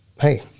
hey